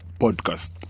podcast